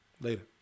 Later